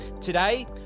Today